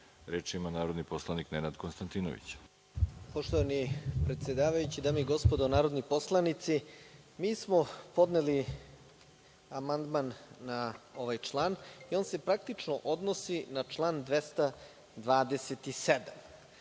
Nenad Konstantinović. **Nenad Konstantinović** Poštovani predsedavajući, dame i gospodo narodni poslanici, mi smo podneli amandman na ovaj član i on se praktično odnosi na član 227.Član